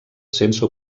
sense